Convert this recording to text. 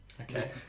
okay